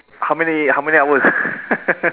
how many how many hours